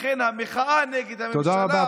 לכן, המחאה נגד הממשלה, תודה רבה.